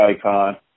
icon